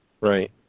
right